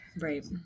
right